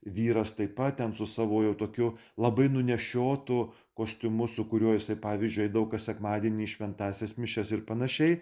vyras taip pat ten su savo jau tokiu labai nunešiotu kostiumu su kuriuo jisai pavyzdžiui eidavo kas sekmadienį šventąsias mišias ir panašiai